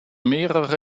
mehrere